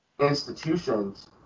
institutions